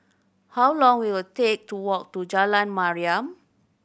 how long will it take to walk to Jalan Mariam